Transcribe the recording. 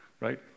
right